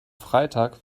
freitag